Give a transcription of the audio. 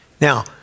Now